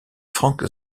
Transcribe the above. frank